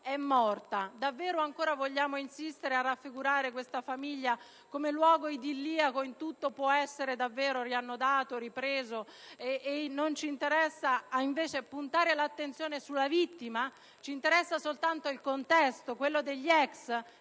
è morta, davvero vogliamo insistere a raffigurare la famiglia come un luogo idilliaco, dove tutto può essere riannodato, o non ci interessa invece puntare l'attenzione sulla vittima? Ci interessa soltanto il contesto degli ex